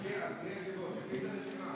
אדוני היושב-ראש, לפי איזה רשימה?